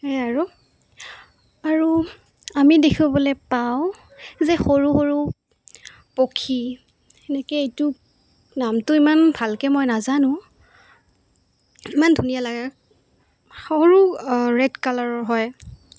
সেয়াই আৰু আৰু আমি দেখিবলৈ পাওঁ যে সৰু সৰু পক্ষী এনেকৈ এইটো নামটো ইমান ভালকৈ মই নাজানো ইমান ধুনীয়া সৰু ৰেড কালাৰৰ হয়